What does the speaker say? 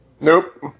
Nope